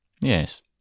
Yes